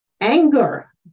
anger